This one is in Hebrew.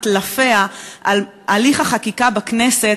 את טלפיה על הליך החקיקה בכנסת,